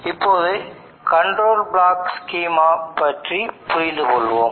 இப்போது control block schema பற்றி புரிந்து கொள்வோம்